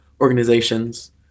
organizations